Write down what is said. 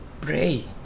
pray